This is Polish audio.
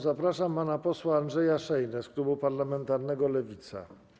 Zapraszam pana posła Andrzeja Szejnę z klubu parlamentarnego Lewica.